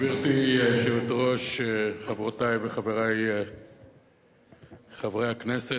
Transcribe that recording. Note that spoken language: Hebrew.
גברתי היושבת-ראש, חברותי וחברי חברי הכנסת,